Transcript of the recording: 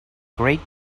great